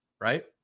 right